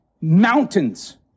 mountains